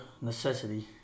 necessity